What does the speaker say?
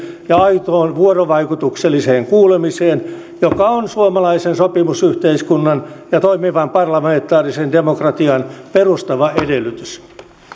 ja aitoon vuorovaikutukselliseen kuulemiseen joka on suomalaisen sopimusyhteiskunnan ja toimivan parlamentaarisen demokratian perustava edellytys